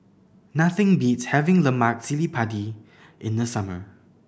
nothing beats having lemak cili padi in the summer